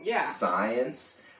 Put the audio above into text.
science